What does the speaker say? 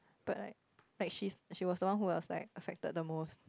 but like like she she was the one who was like affected the most